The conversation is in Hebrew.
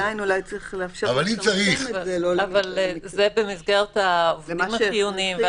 אבל זה במסגרת העובדים החיוניים,